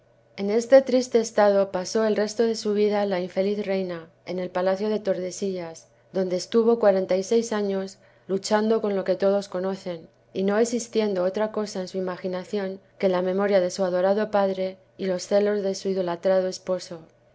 en este triste estado pasó el resto de su vida la infeliz reina en el palacio de tordesillas donde estuvo cuarenta y seis años luchando con lo que todos conocen y no existiendo otra cosa en su imaginacion que la memoria de su adorado padre y los celos de su idolatrado esposo